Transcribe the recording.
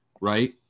right